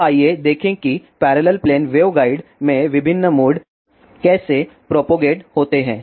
अब आइए देखें कि पैरेलल प्लेन वेवगाइड में विभिन्न मोड कैसे प्रोपेगेट होते हैं